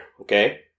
okay